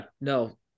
no